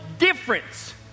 Difference